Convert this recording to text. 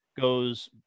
goes